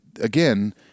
again